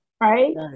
right